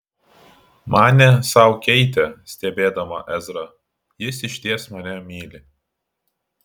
manė sau keitė stebėdama ezrą jis išties mane myli